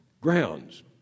grounds